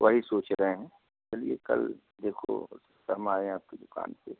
वही सोच रहे हैं चलिए कल देखो हो सकता है हम आएँ आपकी दुकान पर